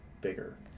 bigger